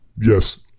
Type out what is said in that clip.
yes